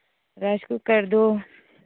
ꯔꯥꯏꯁꯀꯨꯀꯔꯗꯨ